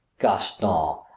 Gaston